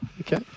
Okay